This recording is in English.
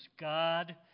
God